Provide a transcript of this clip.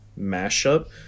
mashup